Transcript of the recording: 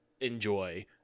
enjoy